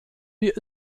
wir